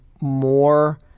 more